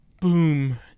boom